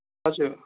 हजुर